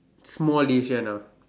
small decision lah